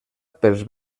pels